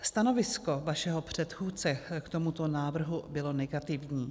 Stanovisko vašeho předchůdce k tomuto návrhu bylo negativní.